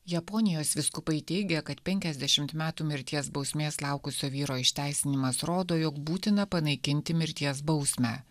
japonijos vyskupai teigia kad penkiasdešimt metų mirties bausmės laukusio vyro išteisinimas rodo jog būtina panaikinti mirties bausmę